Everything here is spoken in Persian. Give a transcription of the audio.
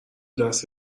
دست